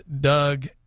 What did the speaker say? Doug